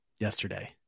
yesterday